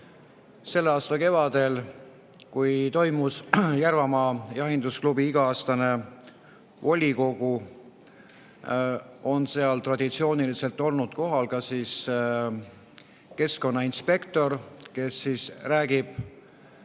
Selle aasta kevadel toimus Järvamaa Jahindusklubi iga-aastane volikogu. Seal on traditsiooniliselt olnud kohal ka keskkonnainspektor, kes räägib